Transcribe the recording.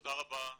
תודה רבה.